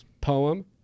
poem